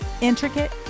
Intricate